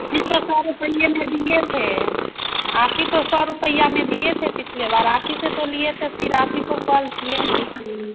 बीस हजार रुपये में दिए थे आप ही तो सौ रुपया में दिए थे पिछले बार आप ही से तो लिए थे फिर आप ही को कॉल किए हैं फिर से